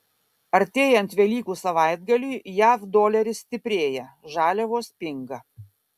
artėjant velykų savaitgaliui jav doleris stiprėja žaliavos pinga